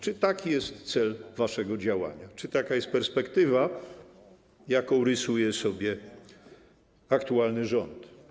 Czy taki jest cel waszego działania, czy taka jest perspektywa, jaką rysuje sobie aktualny rząd?